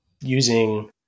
using